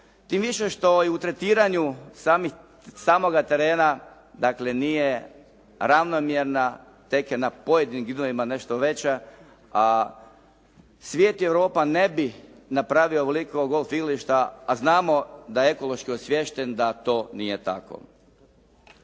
tim više što i u tretiranju samoga terena, dakle nije ravnomjerna tek je na pojedinim vidovima nešto veća, a svijet i Europa ne bi napravili ovoliko golf igrališta a znamo da je ekološki osviješten, da to nije tako.